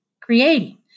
creating